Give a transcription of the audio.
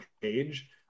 page